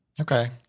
Okay